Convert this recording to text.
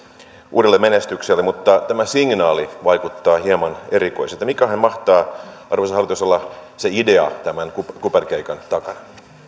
uudelle menestykselle mutta tämä signaali vaikuttaa hieman erikoiselta minkälainen mahtaa arvoisa hallitus olla se idea tämän kuperkeikan takana